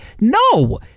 No